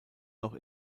noch